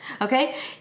okay